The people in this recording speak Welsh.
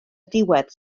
diwedd